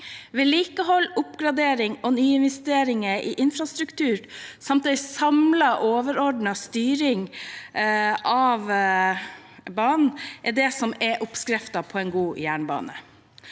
Vedlikehold, oppgradering og nyinvesteringer i infrastruktur samt en samlet og overordnet styring av banen er oppskriften på en god jernbane.